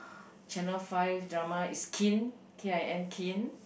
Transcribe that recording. channel five drama is kin K I N kin